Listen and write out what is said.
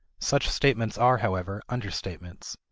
such statements are, however, understatements.